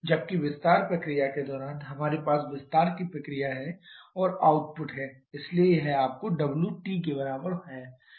जबकि विस्तार प्रक्रिया के दौरान हमारे पास विस्तार की प्रक्रिया है और आउटपुट है इसलिए यह आपके Wt के बराबर है